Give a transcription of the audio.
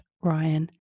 Ryan